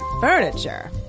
Furniture